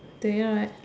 there right